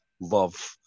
love